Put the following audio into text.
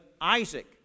Isaac